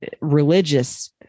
religious